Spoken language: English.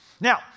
Now